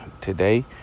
today